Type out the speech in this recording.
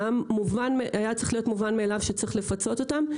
זה היה צריך להיות מובן מאליו שצריך לפצות אותם,